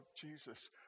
Jesus